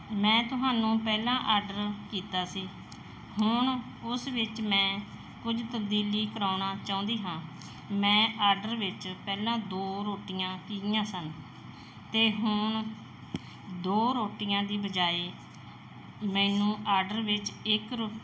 ਮੈਂ ਤੁਹਾਨੂੰ ਪਹਿਲਾਂ ਆਰਡਰ ਕੀਤਾ ਸੀ ਹੁਣ ਉਸ ਵਿੱਚ ਮੈਂ ਕੁਝ ਤਬਦੀਲੀ ਕਰਵਾਉਣਾ ਚਾਹੁੰਦੀ ਹਾਂ ਮੈਂ ਆਰਡਰ ਵਿੱਚ ਪਹਿਲਾਂ ਦੋ ਰੋਟੀਆਂ ਕਹੀਆਂ ਸਨ ਅਤੇ ਹੁਣ ਦੋ ਰੋਟੀਆਂ ਦੀ ਬਜਾਏ ਮੈਨੂੰ ਆਰਡਰ ਵਿੱਚ ਇੱਕ ਰੋ